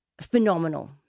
phenomenal